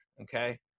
Okay